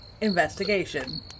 investigation